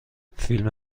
فیلم